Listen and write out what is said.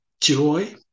joy